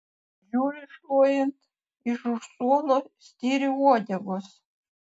žiūri šluojant iš už suolo styri uodegos